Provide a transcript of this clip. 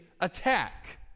attack